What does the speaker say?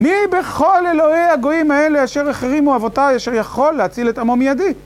מי בכל אלוהי הגויים האלה אשר החרימו אבותי אשר יכול להציל את עמו מידי?